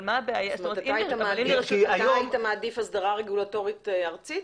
אתה היית מעדיף הסדרה רגולטורית ארצית?